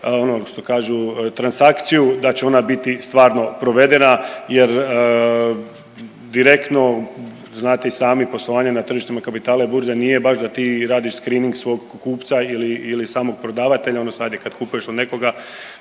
ono što kažu transakciju da će ona biti stvarno provedena. Jer direktno znate i sami poslovanje na tržištima kapitala i burze nije baš da ti radiš screening svog kupca ili samog prodavatelja, odnosno hajde kad kupuješ od nekoga